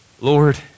Lord